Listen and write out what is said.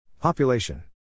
Population